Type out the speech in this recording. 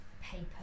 paper